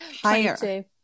Higher